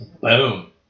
boom